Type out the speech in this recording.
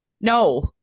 No